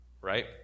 right